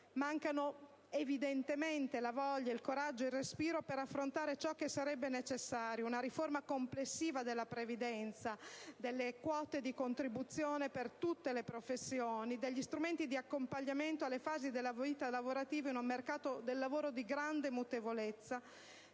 Mancano, evidentemente, la voglia, il coraggio, il respiro per affrontare ciò che sarebbe necessario: una riforma complessiva della previdenza, delle quote di contribuzione per tutte le professioni, degli strumenti di accompagnamento alle fasi della vita lavorativa in un mercato del lavoro di grande mutevolezza,